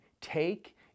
take